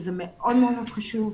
שזה מאוד מאוד חשוב.